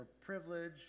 privilege